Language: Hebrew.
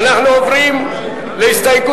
ייעוץ לראש